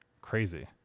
Crazy